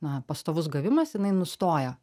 na pastovus gavimas jinai nustoja